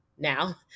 now